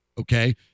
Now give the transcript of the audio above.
Okay